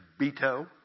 Beto